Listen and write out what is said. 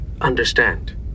understand